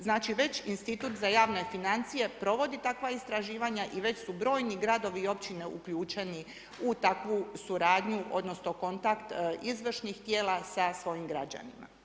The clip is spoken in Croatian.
Znači, već institut za javne financije provodi takva istraživanja i već su brojni gradovi i općine uključeni u takvu suradnju, odnosno, kontakt izvršnih tijela, sa svojim građanima.